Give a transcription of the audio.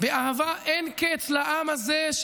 באהבה אין קץ לעם הזה,